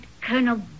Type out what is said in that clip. Colonel